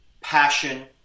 passion